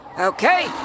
Okay